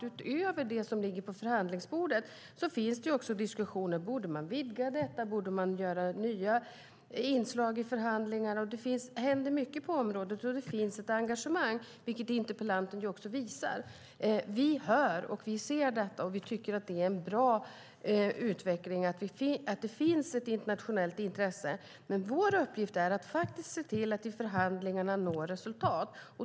Utöver det som ligger på förhandlingsbordet finns det också andra diskussioner. Borde man vidga detta? Borde man göra nya inslag i förhandlingarna? Det händer mycket på området. Det finns ett engagemang, vilket interpellanten också visar. Vi hör och ser detta, och vi tycker att det är en bra utveckling att det finns ett internationellt intresse. Vår uppgift är att se till att nå resultat i förhandlingarna.